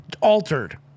altered